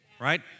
right